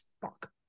fuck